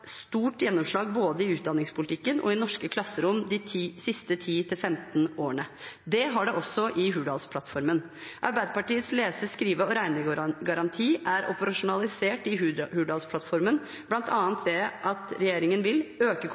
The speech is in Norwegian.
stort gjennomslag både i utdanningspolitikken og i norske klasserom de siste 10–15 årene. Det har det også i Hurdalsplattformen. Arbeiderpartiets lese-, skrive- og regnegaranti er operasjonalisert i Hurdalsplattformen bl.a. ved at regjeringen vil øke